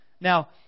Now